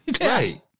Right